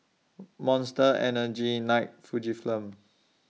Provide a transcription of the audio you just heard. Monster Energy Nike Fujifilm